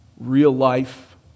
real-life